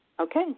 Okay